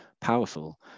powerful